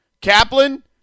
Kaplan